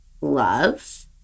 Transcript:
love